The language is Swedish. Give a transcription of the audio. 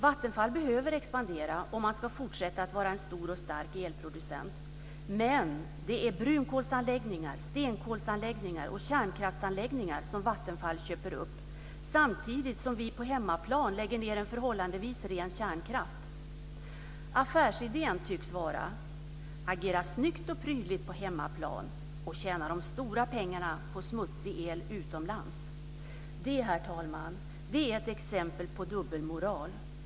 Vattenfall behöver expandera om man ska fortsätta att vara en stor och stark elproducent. Men det är brunkolsanläggningar, stenkolsanläggningar och kärnkraftsanläggningar som Vattenfall köper upp, samtidigt som vi på hemmaplan lägger ned en förhållandevis ren kärnkraft. Affärsidén tycks vara att agera snyggt och prydligt på hemmaplan och tjäna de stora pengarna på smutsig el utomlands. Det, herr talman, är ett exempel på dubbelmoral.